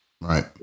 Right